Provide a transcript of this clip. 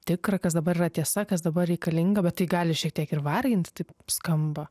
tikra kas dabar yra tiesa kas dabar reikalinga bet tai gali šiek tiek ir varginti taip skamba